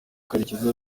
karekezi